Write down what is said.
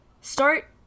start